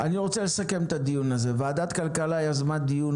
אני רוצה לסכם את הדיון הזה: ועדת הכלכלה יזמה דיון